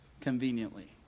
conveniently